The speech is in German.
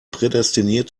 prädestiniert